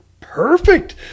perfect